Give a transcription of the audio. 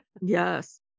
yes